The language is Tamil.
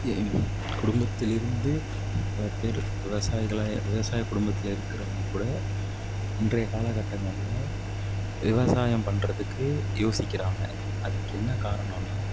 ஏ குடும்பத்தில் இருந்து பல பேர் விவசாயங்கள விவசாய குடும்பத்தில் இருக்கிறவங்க கூட இன்றைய காலகட்டங்களில் விவசாயம் பண்ணுறதுக்கு யோசிக்கிறாங்க அதுக்கு என்ன காரணன்னா